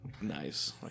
Nice